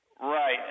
Right